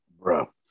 Bro